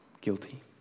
guilty